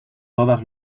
todas